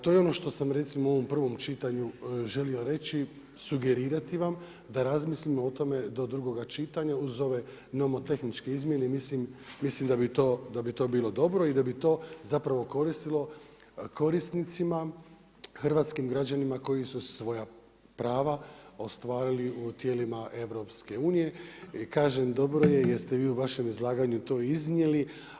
To je ono što sam recimo u ovom prvom čitanju želio reći, sugerirati vam da razmislimo o tome do drugoga čitanja uz ove nomotehničke izmjene i mislim da bi to bilo dobro i da bi to zapravo koristilo korisnicima, hrvatskim građanima koji su svoja prava ostvarili u tijelima EU i kažem dobro je, jer ste vi u vašem izlaganju to iznijeli.